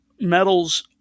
medals